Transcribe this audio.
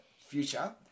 future